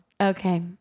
Okay